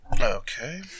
Okay